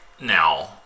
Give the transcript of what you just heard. now